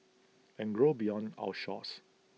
and grow beyond our shores